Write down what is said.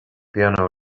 piano